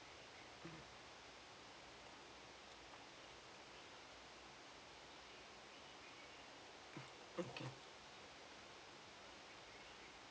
mm mm okay